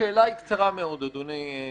השאלה היא קצרה מאוד: אדוני,